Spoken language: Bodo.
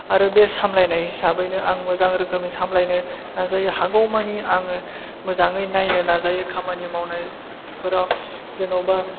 आरो बे सामलायनाय हिसाबैनो आं मोजां रोखोमनि सामलायनो नाजायो हागौ मानि आङो मोजाङै नायनो नाजायो खामानि मावनायफोराव जेन'बा